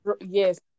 yes